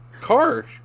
car